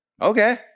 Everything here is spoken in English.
Okay